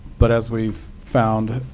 but as we've found,